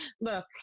Look